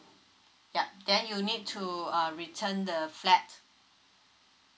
yup then you need to uh return the flat